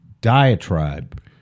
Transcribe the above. diatribe